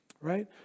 right